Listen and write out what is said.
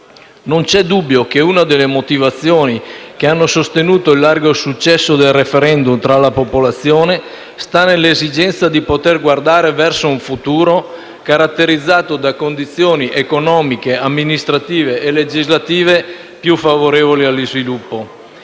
Non c'è dubbio che una delle motivazioni che hanno sostenuto il largo successo del *referendum* tra la popolazione sta nell'esigenza di poter guardare verso un futuro caratterizzato da condizioni economiche, amministrative e legislative più favorevoli allo sviluppo.